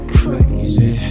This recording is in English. crazy